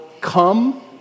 come